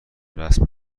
رسم